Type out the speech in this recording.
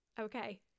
Okay